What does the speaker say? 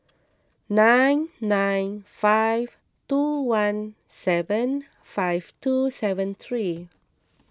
nine nine five two one seven five two seven three